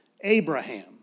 Abraham